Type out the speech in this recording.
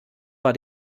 war